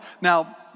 Now